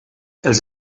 els